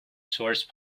source